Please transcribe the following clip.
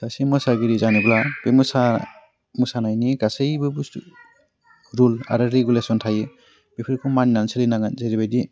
सासे मोसागिरि जानोब्ला बेनि सा मोसानायनि गासैबो बुस्थु रुल आरो रेगुलेसन थायो बेफोरखौ मानिनानै सोलिनांगोन जेरैबायदि